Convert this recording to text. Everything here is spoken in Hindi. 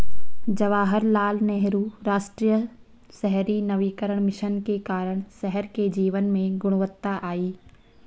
जवाहरलाल नेहरू राष्ट्रीय शहरी नवीकरण मिशन के कारण शहर के जीवन में गुणवत्ता आई